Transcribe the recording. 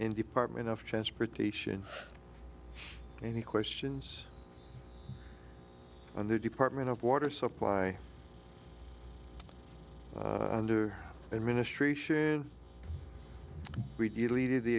and department of transportation any questions on the department of water supply under and ministration